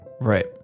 Right